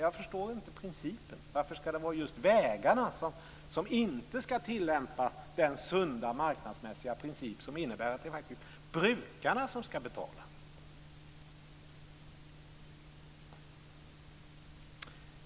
Jag förstår inte principen. Varför ska det vara just vägarna som inte ska tillämpa den sunda marknadsmässiga princip som innebär att det faktiskt är brukarna som ska betala?